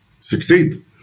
succeed